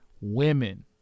women